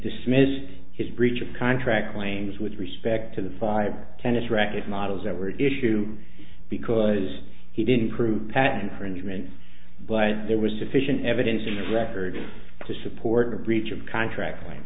dismissed his breach of contract claims with respect to the five tennis racket models that were issue because he didn't prove patent infringement but there was sufficient evidence in the record to support a breach of contract